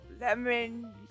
Lemon